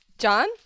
John